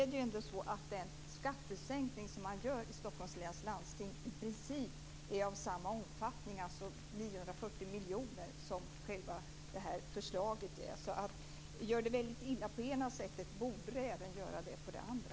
Det är ändå så att den skattesänkning som man gör i Stockholms läns landsting i princip är av samma omfattning - 940 miljoner - som detta förslag. Om det är väldigt illa på det ena sättet borde det även vara det på det andra.